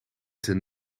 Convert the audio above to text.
ten